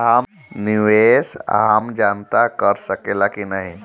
निवेस आम जनता कर सकेला की नाहीं?